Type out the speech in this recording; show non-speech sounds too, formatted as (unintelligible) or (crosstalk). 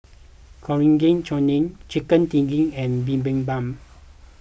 (unintelligible) Chutney Chicken (unintelligible) and Bibimbap